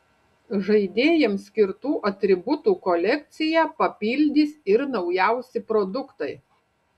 žaidėjams skirtų atributų kolekciją papildys ir naujausi produktai